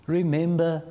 Remember